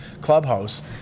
clubhouse